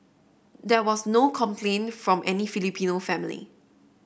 there was no complaint from any Filipino family